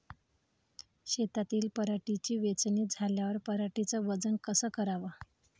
शेतातील पराटीची वेचनी झाल्यावर पराटीचं वजन कस कराव?